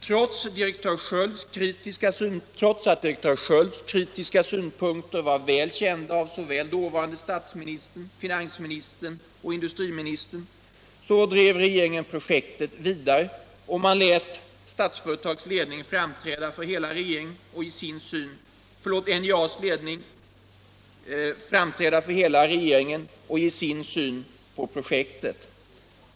Trots att direktör Skölds kritiska synpunkter var väl kända av såväl dåvarande statsministern som finansministern och industriministern drev regeringen projektet vidare, och man lät t.ex. NJA:s ledning framträda inför hela regeringen och ge sin syn på projektet.